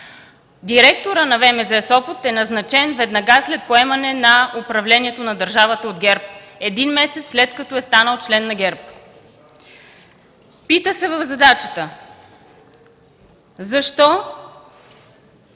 директор е назначен веднага след поемане на управлението на държавата от ГЕРБ, един месец, след като е станал член на ГЕРБ. Пита се в задачата защо